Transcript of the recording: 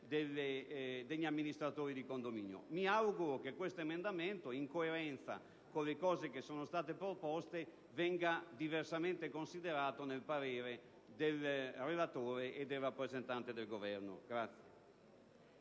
degli amministratori di condominio. Mi auguro che questo emendamento, in coerenza con le cose che sono state proposte, venga diversamente considerato nel parere del relatore e del rappresentante del Governo.